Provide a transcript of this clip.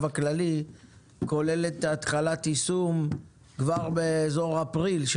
הכללי כוללת התחלת יישום של הקרן כבר באפריל.